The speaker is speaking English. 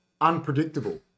Unpredictable